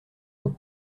nom